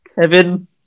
Kevin